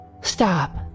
Stop